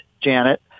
Janet